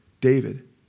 David